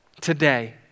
Today